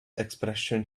expression